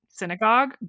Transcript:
synagogue